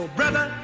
brother